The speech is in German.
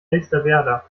elsterwerda